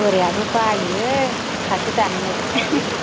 बोराइआबो बायो फाथो दाननो